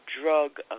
drug